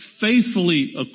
faithfully